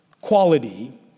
quality